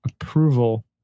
approval